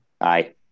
Aye